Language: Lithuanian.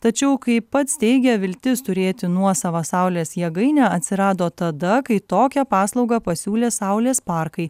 tačiau kaip pats teigia viltis turėti nuosavą saulės jėgainę atsirado tada kai tokią paslaugą pasiūlė saulės parkai